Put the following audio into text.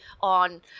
on